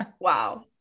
Wow